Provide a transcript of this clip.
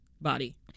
body